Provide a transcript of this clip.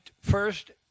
first